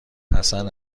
حسن